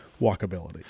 walkability